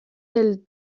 del